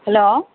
hello